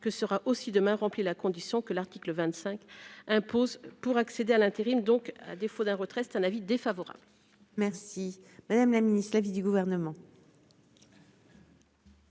que sera aussi demain rempli la condition que l'article 25 imposent pour accéder à l'intérim, donc à défaut d'un retrait, c'est un avis défavorable. Merci, Madame la Ministre, l'avis du gouvernement.